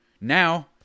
Now